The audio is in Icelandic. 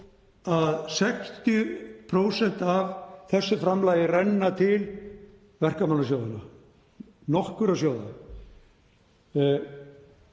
að 60% af þessu framlagi renna til verkamannasjóðanna, nokkurra sjóða,